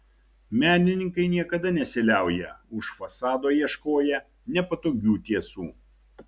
menininkai niekada nesiliauja už fasado ieškoję nepatogių tiesų